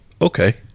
okay